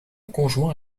conjoint